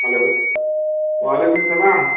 hello واعلیکُم السلام